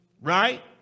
right